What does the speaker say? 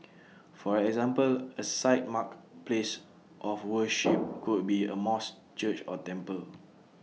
for example A site marked place of worship could be A mosque church or temple